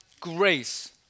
grace